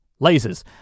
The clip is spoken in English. lasers